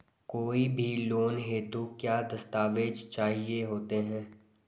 कोई भी लोन हेतु क्या दस्तावेज़ चाहिए होते हैं?